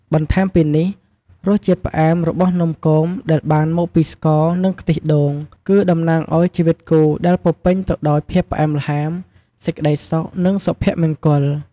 បន្ថែមពីនេះ រសជាតិ ផ្អែមរបស់នំគមដែលបានមកពីស្ករ និងខ្ទិះដូង គឺតំណាងឲ្យជីវិតគូដែលពោរពេញទៅដោយភាពផ្អែមល្ហែម សេចក្ដីសុខ និងសុភមង្គល។